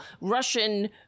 Russian